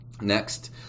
Next